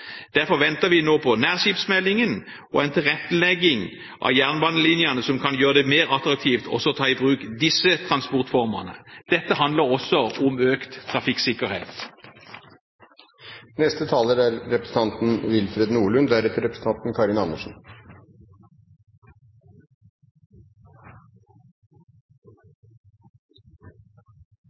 Derfor venter vi nå på nærskipsmeldingen og en tilrettelegging av jernbanelinjene som kan gjøre det mer attraktivt å ta i bruk disse transportformene. Dette handler også om økt trafikksikkerhet. I det store bildet er